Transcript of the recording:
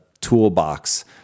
toolbox